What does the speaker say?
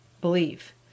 believe